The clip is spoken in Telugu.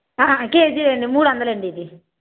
కేజీ అండి మూడు వందలు అండి ఇది